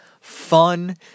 Fun